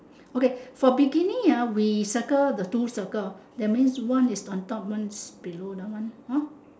okay for bikini ah we circle the two circle that means one is on top one is below that one hor